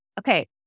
Okay